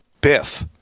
biff